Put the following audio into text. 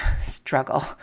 struggle